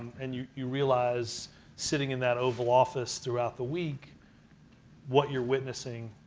and you you realize sitting in that oval office throughout the week what you're witnessing,